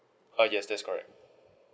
ah yes that's correct